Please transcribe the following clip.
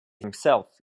himself